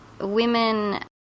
women